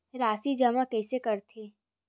राशि जमा कइसे करथे?